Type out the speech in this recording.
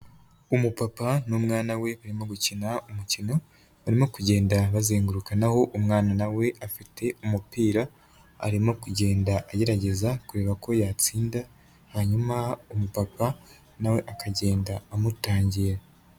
Umupapa n'umwana we barimo gukina umukino barimo kugenda bazengukanaho, umwana nawe afite umupira arimo kugenda agerageza kureba ko yatsinda, hanyuma umupapa nawe akagenda amutangira.